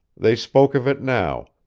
they spoke of it now,